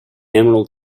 emerald